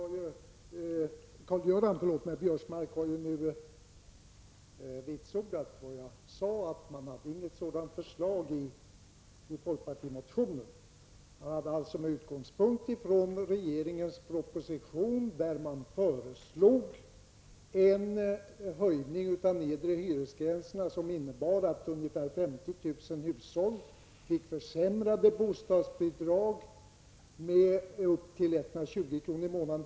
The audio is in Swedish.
Herr talman! Karl-Göran Biörsmark har ju nu vitsordat vad jag sade, nämligen att det i folkpartimotionen inte fanns något förslag med utgångspunkt i regeringens förslag i propositionen om en höjning av nedre hyresgränserna, som innebar att ungefär 50 000 hushåll fick försämrade bostadsbidrag med upp till 120 kr. i månaden.